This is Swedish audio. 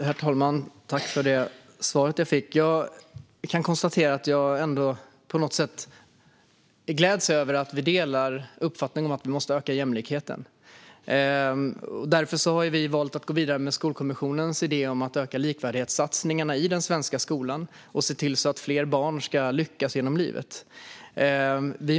Herr talman! Jag tackar för det svar jag fick. Jag gläds över att vi delar uppfattning - vi måste öka jämlikheten. Därför har vi valt att gå vidare med Skolkommissionens idé om att öka likvärdighetssatsningarna i den svenska skolan och se till att fler barn lyckas genom livet.